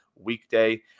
weekday